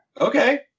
Okay